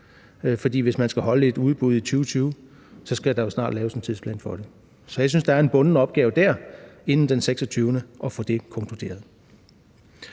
hvis man skal holde et udbud i 2020, skal der jo snart laves en tidsplan for det. Så jeg synes, der ligger en bunden opgave i at få det konkluderet